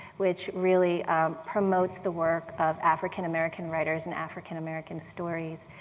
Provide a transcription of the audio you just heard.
which really promotes the work of african-american writers and african-american stories.